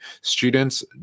students